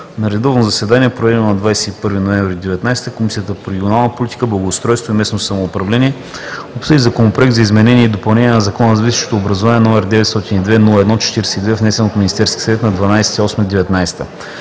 На редовно заседание, проведено на 21 ноември 2019 г., Комисията по регионална политика, благоустройство и местно самоуправление обсъди Законопроект за изменение и допълнение на Закона за висшето образование, № 902-01-42, внесен от Министерския съвет на 12